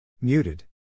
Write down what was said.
Muted